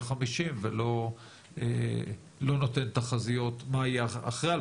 ולא נותן תחזיות מה יהיה אחרי 2050,